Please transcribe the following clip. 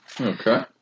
Okay